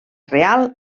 real